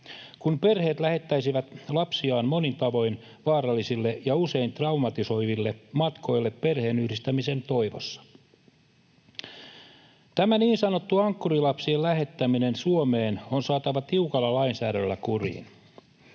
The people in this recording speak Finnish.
kun perheet lähettäisivät lapsiaan monin tavoin vaarallisille ja usein traumatisoiville matkoille perheenyhdistämisen toivossa. Tämä niin sanottu ankkurilapsien lähettäminen Suomeen on saatava tiukalla lainsäädännöllä kuriin.